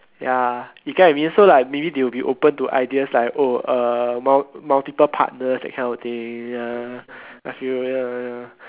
ya you get what I mean so like maybe they will be open to ideas like oh uh mul~ multiple partners that kind of thing ya I feel ya ya